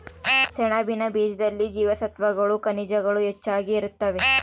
ಸೆಣಬಿನ ಬೀಜದಲ್ಲಿ ಜೀವಸತ್ವಗಳು ಖನಿಜಗಳು ಹೆಚ್ಚಾಗಿ ಇರುತ್ತವೆ